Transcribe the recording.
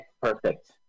perfect